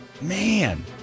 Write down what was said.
Man